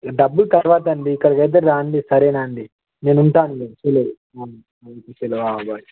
డబ్బులు తర్వాత అండి ఇక్కడకైతే రాండి సరేనాండి నేను ఉంటా అండి సిలేరు బాయ్